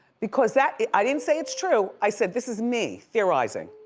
because that, i didn't say it's true, i said this is me theorizing.